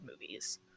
movies